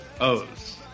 O's